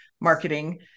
marketing